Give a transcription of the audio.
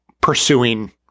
pursuing